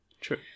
true